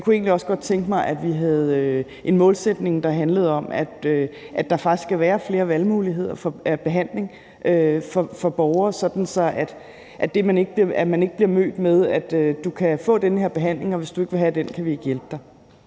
egentlig også godt tænke mig, at vi havde en målsætning, der handler om, at der faktisk skal være flere valgmuligheder i forhold til behandling for borgere, sådan at man ikke bliver mødt med: Du kan få den her behandling, og hvis du ikke vil have den, kan vi ikke hjælpe dig.